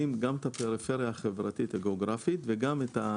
ארגוני מגדלים